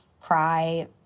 cry